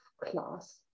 class